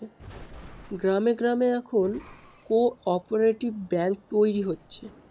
গ্রামে গ্রামে এখন কোঅপ্যারেটিভ ব্যাঙ্ক তৈরী হচ্ছে